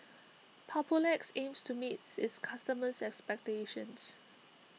Papulex aims to meet its customers' expectations